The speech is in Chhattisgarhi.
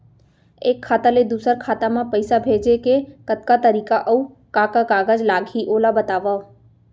एक खाता ले दूसर खाता मा पइसा भेजे के कतका तरीका अऊ का का कागज लागही ओला बतावव?